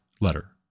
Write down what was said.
letter